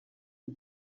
iyi